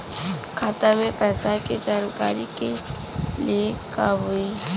खाता मे पैसा के जानकारी के लिए का होई?